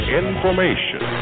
information